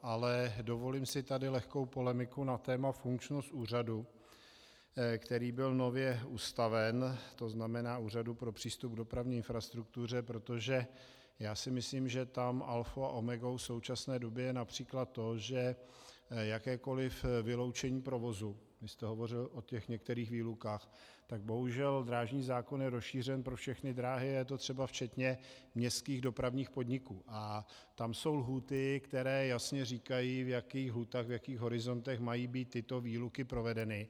Ale dovolím si tady lehkou polemiku na téma funkčnost úřadu, který byl nově ustaven, to znamená Úřadu pro přístup k dopravní infrastruktuře, protože já si myslím, že tam alfou a omegou v současné době je například to, že jakékoliv vyloučení provozu vy jste hovořil o některých výlukách bohužel drážní zákon je rozšířen pro všechny dráhy a je to třeba včetně městských dopravních podniků, a tam jsou lhůty, které jasně říkají, v jakých horizontech mají být tyto výluky provedeny.